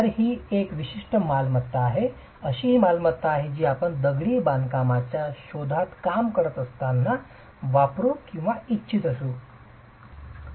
तर ही विशिष्ट मालमत्ता ही एक अशी मालमत्ता आहे जी आपण दगडी बांधकामाच्या शोधात काम करत असताना वापरू इच्छित असू शकेल